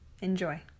Enjoy